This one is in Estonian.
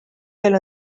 veel